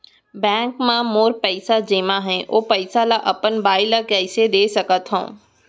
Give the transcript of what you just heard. Bank म मोर पइसा जेमा हे, ओ पइसा ला अपन बाई ला कइसे दे सकत हव?